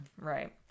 Right